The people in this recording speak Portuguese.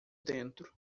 dentro